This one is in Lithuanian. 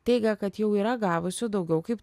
teigia kad jau yra gavusi daugiau kaip